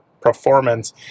performance